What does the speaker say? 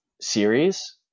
series